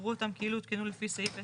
יראו אותם כאילו הותקנו לפי סעיף 10(א)